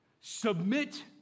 Submit